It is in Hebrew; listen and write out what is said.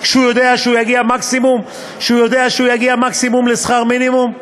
שהוא יודע שהוא יגיע מקסימום לשכר מינימום?